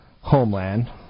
Homeland